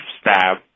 stab